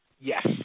Yes